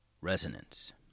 Resonance